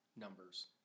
numbers